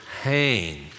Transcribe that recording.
hang